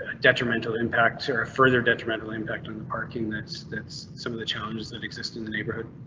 detrimental impacts or further detrimental impact on the parking? that's that's some of the challenges that exist in the neighborhood.